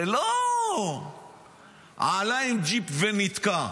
זה לא עלה עם ג'יפ ונתקע.